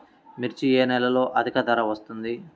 మిర్చి ఏ నెలలో అధిక ధర వస్తుంది?